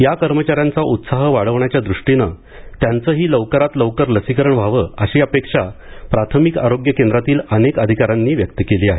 या कर्मचाऱ्यांचा उत्साह वाढवण्याच्या द्रष्टीनं त्यांचंही लवकरात लवकर लसीकरण व्हावं अशी अपेक्षा प्राथमिक आरोग्य केंद्रातील अनेक अधिकाऱ्यांनी व्यक्त केली आहे